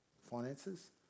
finances